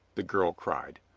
the girl cried.